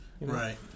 Right